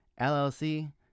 LLC